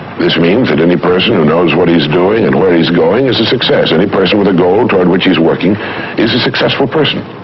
this means that any person who knows what he's doing and where he's going is a success. any person with a goal toward which he's working is a successful person.